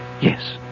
Yes